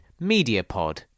MEDIAPOD